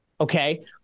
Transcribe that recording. Okay